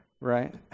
right